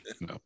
no